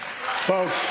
folks